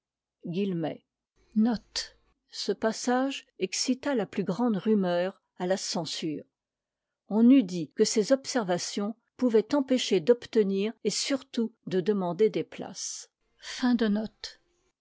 passage excita la plus grande rumeur à la censure oa eût dit que ces observations pouvaient empêcher d'obtenir et surtout de demander des places